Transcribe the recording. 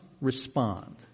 respond